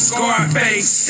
Scarface